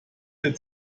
der